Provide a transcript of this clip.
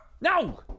no